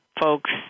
folks